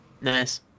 nice